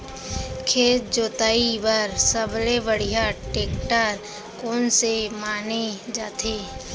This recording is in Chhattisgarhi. खेत जोताई बर सबले बढ़िया टेकटर कोन से माने जाथे?